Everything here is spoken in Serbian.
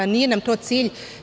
Nije nam to cilj.